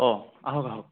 অ আহক আহক